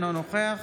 אינו נוכח